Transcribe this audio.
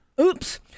Oops